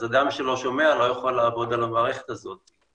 אז אדם שלא שומע לא יוכל לעבוד על המערכת הזאת.